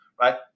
right